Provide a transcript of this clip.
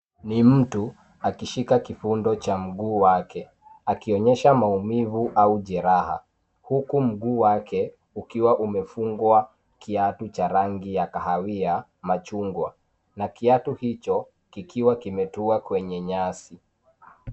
Ni mtu akishika kifundo cha mguu wake, akionyesha maumivu au jeraha huku miguu wake ukiwa umefungwa kiatu cha rangi ya kahawia, na chungwa na kiatu hicho kikiwa kimetua kwenye nyasi .